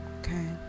okay